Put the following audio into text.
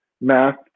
math